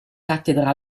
cattedra